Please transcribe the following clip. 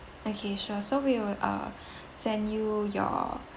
okay sure so we will uh send you your